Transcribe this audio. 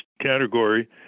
category